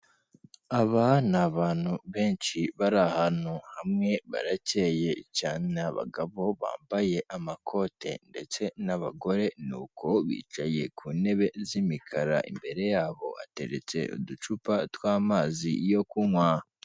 Aba ni abantu benshi bari ahantu hamwe barakeye cyane, ni abagabo bambaye amakote ndetse n'abagore, ni uko bicaye ku ntebe z'imikara, imbere yabo hateretse uducupa tw'amazi yo kunywa.